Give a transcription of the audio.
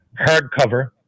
hardcover